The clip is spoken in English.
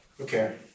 Okay